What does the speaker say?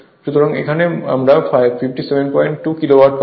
সুতরাং এখানে আমরা 572 কিলোওয়াট পাবো